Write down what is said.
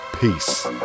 Peace